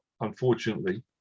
unfortunately